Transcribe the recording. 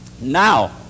Now